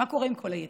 מה קורה עם כל היתר?